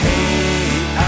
Hey